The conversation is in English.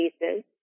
cases